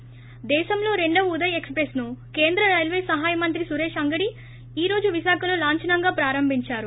ి దేశంలో రెండవ ఉదయ్ ఎక్స్ ప్రెస్ను కేంద్ర రైల్వే సహాయ మంత్రి సురేష్ అంగడి ఈ రోజు విశాఖలో లాంఛనంగా ప్రారంభించారు